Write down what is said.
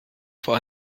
vor